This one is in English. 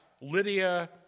Lydia